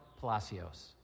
Palacios